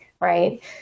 Right